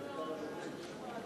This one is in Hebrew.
ראש הממשלה,